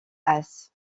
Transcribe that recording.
haas